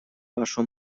вашу